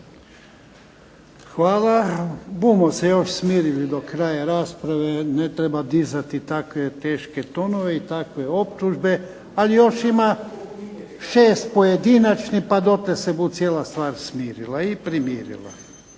Hvala. Bumo se još smirili do kraja rasprave, ne treba dizati takve teške tonove i takve optužbe. Ali još ima 6 pojedinačnih pa dotle se bu cijela stvar smirila i primirila.